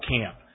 camp